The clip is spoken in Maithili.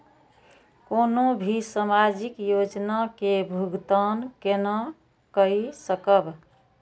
कोनो भी सामाजिक योजना के भुगतान केना कई सकब?